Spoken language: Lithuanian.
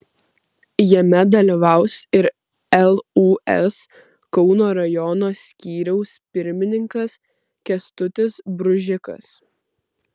jame dalyvaus ir lūs kauno rajono skyriaus pirmininkas kęstutis bružikas